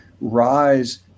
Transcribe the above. rise